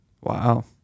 Wow